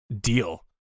deal